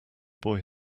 boy